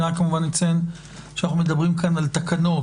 אציין שאנו מדברים פה על תקנות,